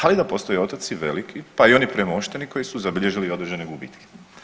Ali da postoje i otoci veliki, pa i oni premošteni koji su zabilježili određene gubitke.